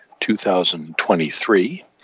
2023